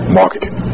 marketing